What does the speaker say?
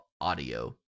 audio